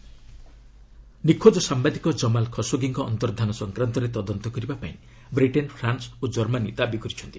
Khashoggi investigation ନିଖୋଜ ସାମ୍ବାଦିକ Jamal ଖସୋଗିଙ୍କ ଅନ୍ତର୍ଦ୍ଧାନ ସଂକ୍ରାନ୍ତରେ ତଦନ୍ତ କରିବା ପାଇଁ ବ୍ରିଟେନ୍ ଫ୍ରାନ୍ସ ଓ ଜର୍ମାନୀ ଦାବି କରିଛନ୍ତି